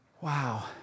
Wow